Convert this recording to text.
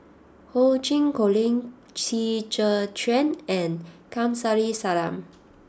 Ho Ching Colin Qi Zhe Quan and Kamsari Salam